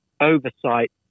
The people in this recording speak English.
oversight